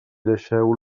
deixeu